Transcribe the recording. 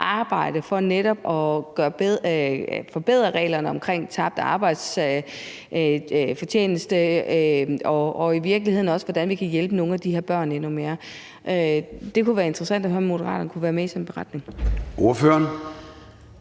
arbejde for netop at forbedre reglerne om tabt arbejdsfortjeneste og i virkeligheden også, hvordan vi kan hjælpe nogle af de her børn endnu mere. Det kunne være interessant at høre, om Moderaterne kunne være med i sådan en beretning.